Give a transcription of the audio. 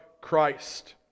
Christ